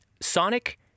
Sonic